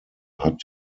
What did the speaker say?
hat